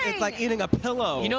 like eating a pillow. you know